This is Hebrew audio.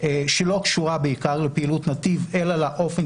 שלא קשורה בעיקר לפעילות נתיב אלא לאופן